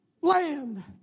land